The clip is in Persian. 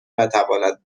نتواند